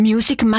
Music